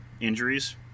injuries